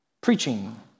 preaching